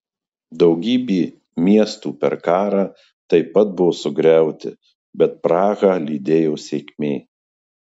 daugybė miestų per karą taip pat buvo sugriauti bet prahą lydėjo sėkmė